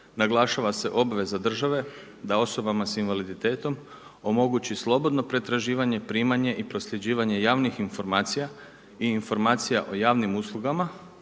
naglašava se obveza države da osobama sa invaliditetom omogući slobodno pretraživanje, primanje i prosljeđivanje javnih informacija i informacija o javnim uslugama